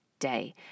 day